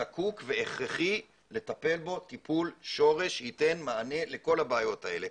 זקוק והכרחי לטפל בו טיפול שורש שייתן מענה לכל הבעיות האלה.